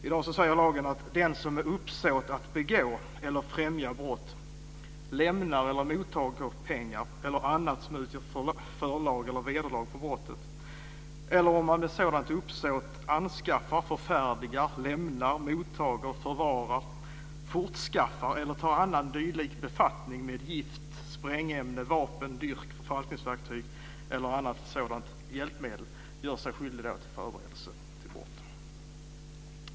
I dag säger lagen att den som, med uppsåt att begå eller främja brott, lämnar eller mottager pengar eller annat såsom förlag eller vederlag för brottet eller med sådant uppsåt anskaffar, förfärdigar, lämnar, mottager, förvarar, fortskaffar eller tar annan dylik befattning med gift, sprängämne, vapen, dyrk, förfalskningsverktyg eller annat sådant hjälpmedel gör sig skyldig till förberedelse till brott.